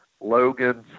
Logan